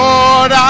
Lord